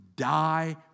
Die